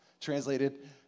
Translated